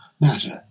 matter